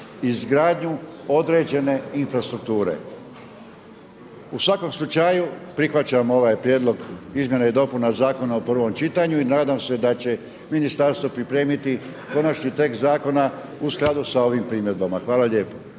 izgradnju određene infrastrukture. U svakom slučaju prihvaćam ovaj prijedlog izmjena i dopuna Zakona u prvom čitanju i nadam se da će ministarstvo pripremiti konačni tekst zakona u skladu sa ovim primjedbama. Hvala lijepo.